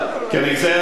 כנגזרת מהנחיה זו,